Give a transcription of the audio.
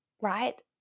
right